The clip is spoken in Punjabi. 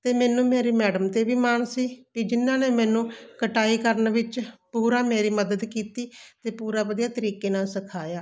ਅਤੇ ਮੈਨੂੰ ਮੇਰੀ ਮੈਡਮ 'ਤੇ ਵੀ ਮਾਣ ਸੀ ਵੀ ਜਿਹਨਾਂ ਨੇ ਮੈਨੂੰ ਕਟਾਈ ਕਰਨ ਵਿੱਚ ਪੂਰਾ ਮੇਰੀ ਮਦਦ ਕੀਤੀ ਅਤੇ ਪੂਰਾ ਵਧੀਆ ਤਰੀਕੇ ਨਾਲ ਸਿਖਾਇਆ